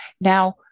Now